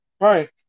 Right